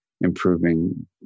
improving